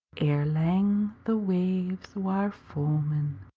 ere lang the waves war foamin'.